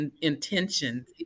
intentions